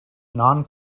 non